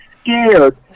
scared